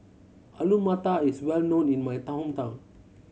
Alu Matar is well known in my hometown